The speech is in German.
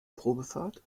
probefahrt